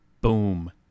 Boom